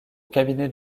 cabinet